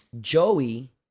Joey